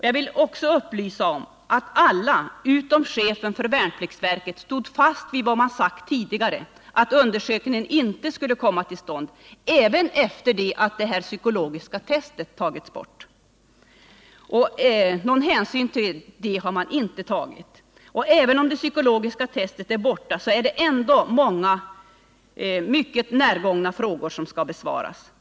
Jag vill också upplysa om att alla utom chefen för värnpliktsverket stod fast vid vad de sagt tidigare, att undersökningen inte skulle komma till stånd. Det gjorde de alltså även efter det att det psykologiska testet tagits bort. Även om det psykologiska testet nu är borta är det ändå ett flertal mycket närgångna frågor som skall besvaras.